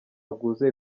bwuzuye